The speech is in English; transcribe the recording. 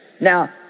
Now